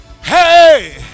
hey